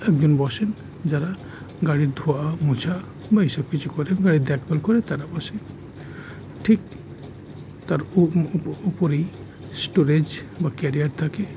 একজন বসেন যারা গাড়ির ধোয়া মোছা বা এইসব কিছু করে গাড়ির দেখভাল করে তারা বসেন ঠিক তার উপরই স্টোরেজ বা ক্যারিয়ার থাকে